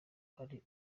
hari